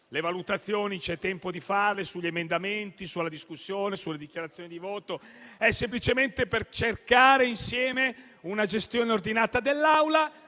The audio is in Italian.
le valutazioni affrontando gli emendamenti, la discussione e le dichiarazioni di voto. È semplicemente per cercare insieme una gestione ordinata dall'Aula